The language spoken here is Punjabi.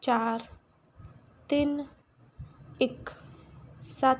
ਚਾਰ ਤਿੰਨ ਇਕ ਸੱਤ